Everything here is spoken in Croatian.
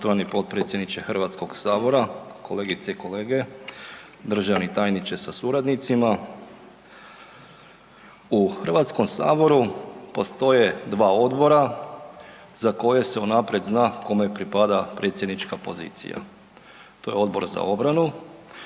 U Hrvatskom saboru postoje dva Odbora za koje se unaprijed zna kome pripada predsjednička pozicija, to je Odbor za obranu